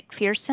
McPherson